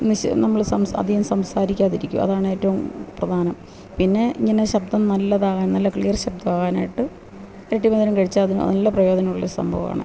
ന്നിസ നമ്മൾ സംസ അധികം സംസാരിക്കാതിരിയ്ക്കുക അതാണ് ഏറ്റവും പ്രധാനം പിന്നെ ഇങ്ങനെ ശബ്ദം നല്ലതാകാൻ നല്ല ക്ലിയർ ശബ്ദമാകാനായിട്ട് ഇരട്ടി മധുരം കഴിച്ചാൽ അതു നല്ല പ്രയോചനമുള്ളൊരു സംഭവ